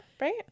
right